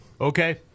Okay